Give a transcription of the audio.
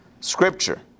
Scripture